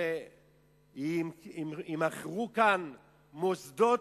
שיימכרו כאן מוסדות,